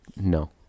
No